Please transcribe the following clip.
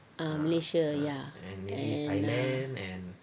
ah malaysia ya and um